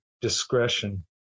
discretion